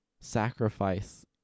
sacrifice